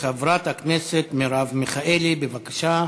חברת הכנסת מרב מיכאלי, בבקשה.